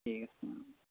ঠিক আছে অঁ